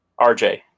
RJ